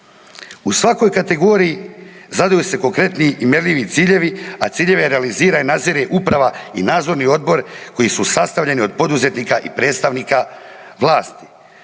U svakoj kategoriji zadaju se konkretni i mjerljivi ciljevi, a ciljeve realizira i nadzire uprava i nadzorni odbor koji su sastavljeni od poduzetnika i predstavnika vlasti.